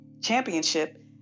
championship